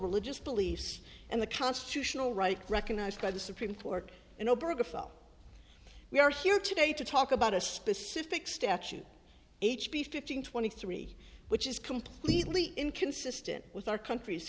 religious beliefs and the constitutional right recognized by the supreme court and oberg a foe we are here today to talk about a specific statute h b fifteen twenty three which is completely inconsistent with our country's